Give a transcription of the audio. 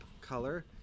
color